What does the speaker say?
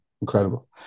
incredible